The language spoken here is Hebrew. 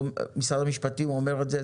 משרד המשפטים אומר את זה,